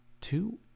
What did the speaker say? two